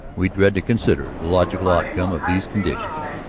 we dread to consider the logical outcome of these conditions.